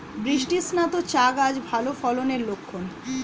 বৃষ্টিস্নাত চা গাছ ভালো ফলনের লক্ষন